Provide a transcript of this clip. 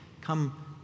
come